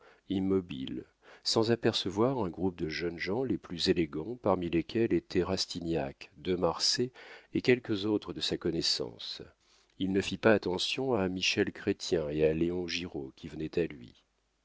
immobile sans apercevoir un groupe de jeunes gens les plus élégants parmi lesquels étaient rastignac de marsay et quelques autres de sa connaissance il ne fit pas attention à michel chrestien et à léon giraud qui venaient à lui